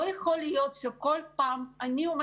לא יכול להיות שבכל פעם אני,